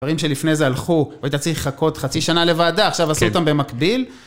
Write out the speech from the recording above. דברים שלפני זה הלכו, והיית צריך לחכות חצי שנה לוועדה, עכשיו עשו אותם במקביל.